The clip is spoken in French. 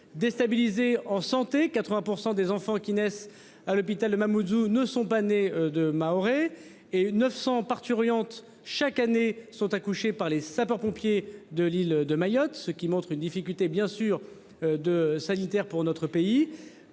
Déstabilisé en santé, 80% des enfants qui naissent à l'hôpital de Mamoudzou ne sont pas nés de Mahorais et 900 parturientes chaque année sont accoucher par les sapeurs-pompiers de l'île de Mayotte, ce qui montre une difficulté bien sûr de sanitaire pour notre pays.